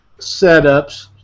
setups